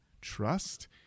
Trust